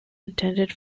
intended